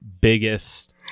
biggest